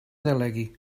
delegui